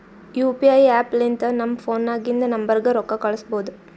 U P I app ಲಿಂತ ನಮ್ ಫೋನ್ನಾಗಿಂದ ನಂಬರ್ಗ ರೊಕ್ಕಾ ಕಳುಸ್ಬೋದ್